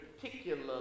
particularly